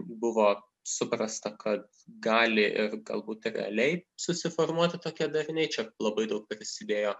buvo suprasta kad gali ir galbūt realiai susiformuoti tokie dariniai čia labai daug prisidėjo